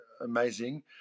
amazing